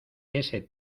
ese